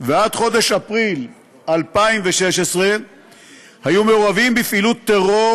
עד חודש אפריל 2016 היו מעורבים בפעילות טרור